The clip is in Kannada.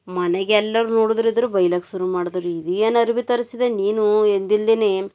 ಮನೆಗೆಲ್ಲರ್ ನೋಡಿದ್ರಿದ್ರು ಬೈಲಕ್ಕೆ ಶುರು ಮಾಡಿದ್ರು ಇದು ಏನು ಅರ್ವಿ ತರಿಸಿದೆ ನೀನು ಎಂದಿಲ್ದೆ